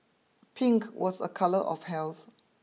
pink was a colour of health